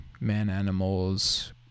man-animals